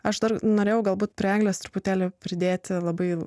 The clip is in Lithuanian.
aš dar norėjau galbūt prie eglės truputėlį pridėti labai